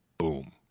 boom